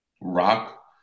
Rock